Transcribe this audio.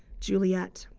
juliet.